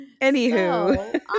Anywho